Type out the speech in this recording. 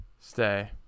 stay